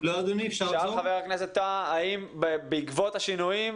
שואל חבר הכנסת טאהא האם בעקבות השינויים,